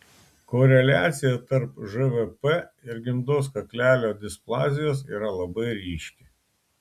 koreliacija tarp žpv ir gimdos kaklelio displazijos yra labai ryški